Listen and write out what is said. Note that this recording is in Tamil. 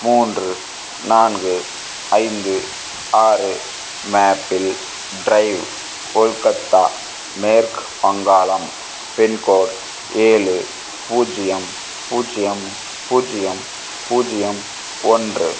மூன்று நான்கு ஐந்து ஆறு மேப்பில் ட்ரைவ் கொல்கத்தா மேற்கு வங்காளம் பின்கோட் ஏழு பூஜ்ஜியம் பூஜ்ஜியம் பூஜ்ஜியம் பூஜ்ஜியம் ஒன்று